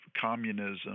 communism